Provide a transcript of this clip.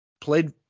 played